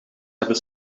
hebben